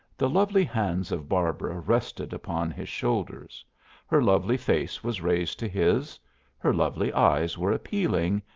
the lovely hands of barbara rested upon his shoulders her lovely face was raised to his her lovely eyes were appealing,